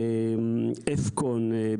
אפקון,